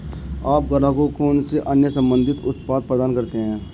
आप ग्राहकों को कौन से अन्य संबंधित उत्पाद प्रदान करते हैं?